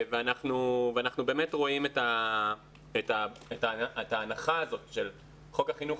ואנחנו באמת רואים את ההנחה הזאת של חוק החינוך